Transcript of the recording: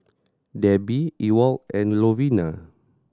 Debby Ewald and Lovina